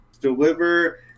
deliver